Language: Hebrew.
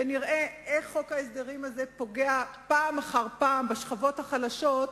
נראה איך הוא פוגע פעם אחר פעם בשכבות החלשות,